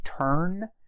turn